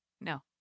No